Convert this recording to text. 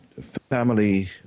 family